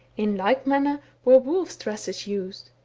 in like manner were wolves' dresses used.